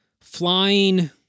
flying